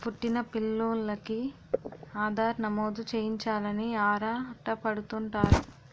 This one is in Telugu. పుట్టిన పిల్లోలికి ఆధార్ నమోదు చేయించాలని ఆరాటపడుతుంటారు